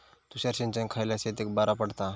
तुषार सिंचन खयल्या शेतीक बरा पडता?